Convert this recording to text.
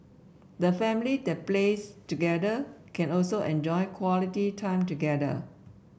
the family that plays together can also enjoy quality time together